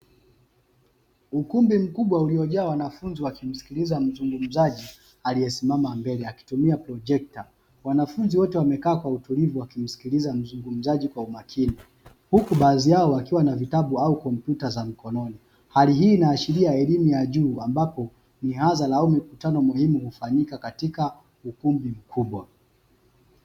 Ukumbi mkubwa uliojaa wanafunzi wakimsikiliza mzungumzaji aliyesimama mbele akitumia projekta wanafunzi wote wamekaa kwa utulivu wakimsikiliza mzungumzaji kwa umakini huku baadhi yao wakiwa na vitabu au kompyuta za mkononi hali hii inaashiria elimu ya juu ambapo ni mihadhara mikutano muhimu hufanyika katika ukumbi mkubwa.